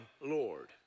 Lord